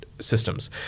systems